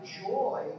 joy